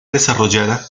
desarrollada